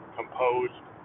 composed